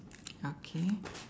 okay